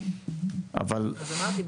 אבל --- אז אמרתי,